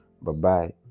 Bye-bye